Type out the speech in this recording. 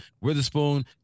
Witherspoon